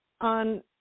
on